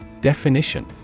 Definition